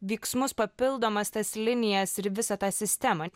veiksmus papildomas tas linijas ir visą tą sistemą